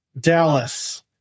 Dallas